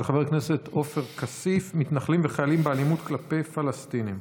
של חבר הכנסת עופר כסיף: אלימות מתנחלים וחיילים כלפי פלסטינים.